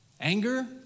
Anger